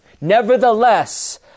Nevertheless